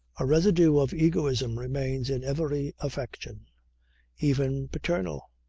a residue of egoism remains in every affection even paternal.